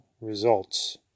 results